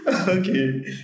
Okay